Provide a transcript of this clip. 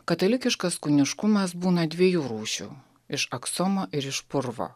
katalikiškas kūniškumas būna dviejų rūšių iš aksomo ir iš purvo